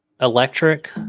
electric